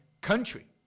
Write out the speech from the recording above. country